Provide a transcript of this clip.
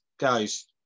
Guys